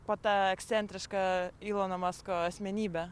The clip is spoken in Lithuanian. po ta ekscentriška ilono masko asmenybe